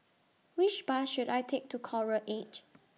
Which Bus should I Take to Coral Edge